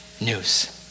news